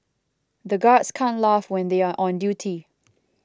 the guards can't laugh when they are on duty